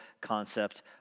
concept